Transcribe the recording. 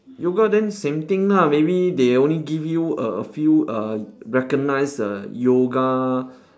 yoga then same thing lah maybe they only give you a a few a recognised err yoga